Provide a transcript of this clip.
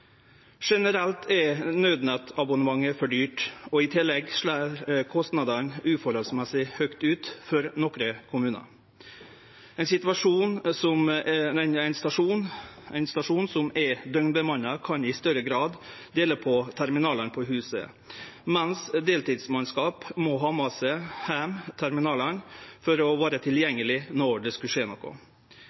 generelt sett for dyrt. I tillegg slår kostnadene urimeleg høgt ut for nokre kommunar. Ein stasjon som er døgnbemanna, kan i større grad dele på terminalane på huset, mens deltidsmannskap må ha med seg terminalane heim for å vere tilgjengeleg om det skulle skje noko.